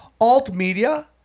alt-media